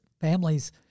Families